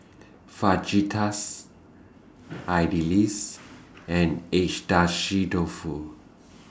Fajitas Idili's and Agedashi Dofu